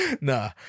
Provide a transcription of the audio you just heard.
nah